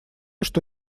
что